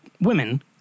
women